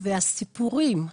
והסיפורים,